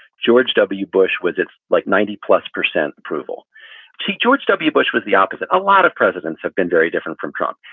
george w. bush was it's like ninety plus percent approval to george w. bush was the opposite. a lot of presidents have been very different from trump.